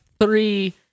three